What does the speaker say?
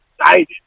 excited